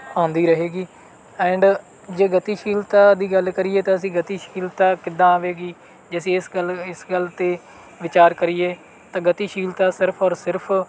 ਆਉਂਦੀ ਰਹੇਗੀ ਐਂਡ ਜੇ ਗਤੀਸ਼ੀਲਤਾ ਦੀ ਗੱਲ ਕਰੀਏ ਤਾਂ ਅਸੀਂ ਗਤੀਸ਼ੀਲਤਾ ਕਿੱਦਾਂ ਆਵੇਗੀ ਜੇ ਅਸੀਂ ਇਸ ਗੱਲ ਇਸ ਗੱਲ 'ਤੇ ਵਿਚਾਰ ਕਰੀਏ ਤਾਂ ਗਤੀਸ਼ੀਲਤਾ ਸਿਰਫ ਔਰ ਸਿਰਫ